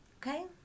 Okay